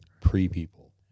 Pre-people